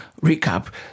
recap